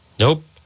Nope